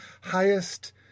highest